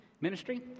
ministry